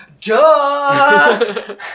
duh